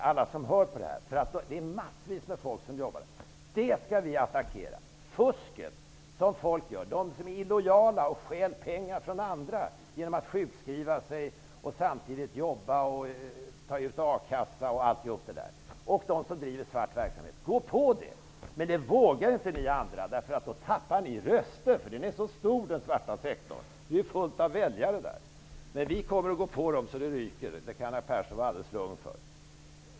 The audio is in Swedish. Alla som lyssnar på detta vet att vi skall attackera fusket, dvs. de som är illojala och stjäl pengar från andra genom att sjukskriva sig och samtidigt jobba och ta ut a-kassa osv. Det gäller även dem som bedriver svart verksamhet. Men ni andra vågar inte göra något. Då tappar ni röster! Den svarta sektorn är så stor, dvs. den är full av väljare. Men Göran Persson kan vara alldeles lugn för att vi i Ny demokrati skall gå på sektorn så att det ryker.